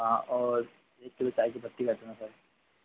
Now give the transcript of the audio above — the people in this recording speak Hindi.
हाँ और एक किलो चाय की पत्ती रख लेना